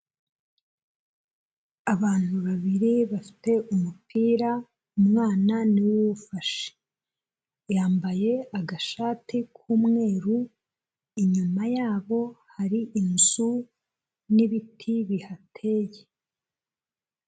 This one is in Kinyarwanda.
Abantu babiri bafite umupira, umwana ni we uwufashe, yambaye agashati k'umweru, inyuma yabo hari inzu n'ibiti bihateye.